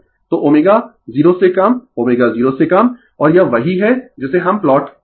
तो ω 0 से कम ω 0 से कम और यह वही है जिसे हम प्लॉट कहते है